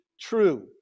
true